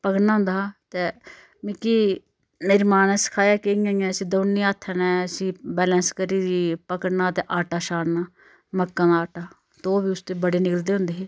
पकड़ना होंदा हा ते मिकी मेरी मां ने सखाया के इ'यां इ'यां इसी दोनी हत्थैं ने इसी बैंलस करी पकड़ना ते आटा छानना मक्कां दा आटा तौह् बी उसदे बड़े निकलदे होंदे हे